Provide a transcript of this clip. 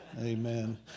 Amen